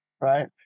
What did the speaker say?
right